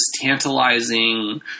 tantalizing